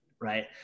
right